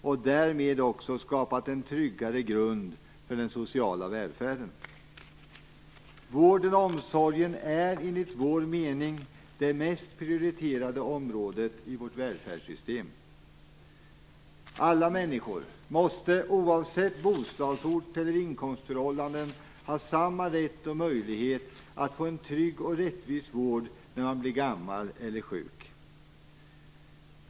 Därmed har vi också skapat en tryggare grund för den sociala välfärden. Vården och omsorgen är enligt vår mening det mest prioriterade området i vårt välfärdssystem. Alla människor måste, oavsett bostadsort och inkomstförhållanden, ha samma rätt och möjlighet att få en trygg och rättvis vård när de blir gamla eller sjuka.